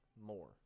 more